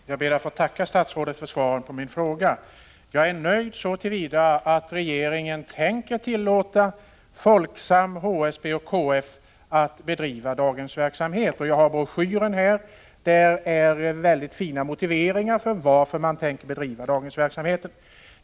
Herr talman! Jag ber att få tacka statsrådet för svaret på min fråga. Jag är nöjd så till vida att regeringen tänker tillåta Folksam, HSB och KF att bedriva daghemsverksamhet. Jag har broschyren här. Där finns väldigt fina motiveringar till varför man tänker bedriva daghemsverksamheten.